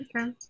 Okay